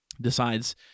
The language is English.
decides